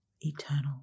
eternal